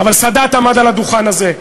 אבל סאדאת עמד על הדוכן הזה,